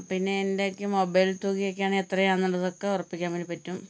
പിന്നെ എൻ്റെ ഒക്കെ മൊബൈൽ തൂകയൊക്കെയാണ് എത്രയാന്നുള്ളത് ഒക്കെ ഉറപ്പിക്കാൻ വേണ്ടി പറ്റും